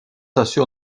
assure